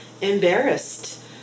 embarrassed